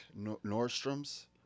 Nordstrom's